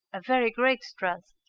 a very great trust